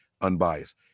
unbiased